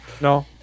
No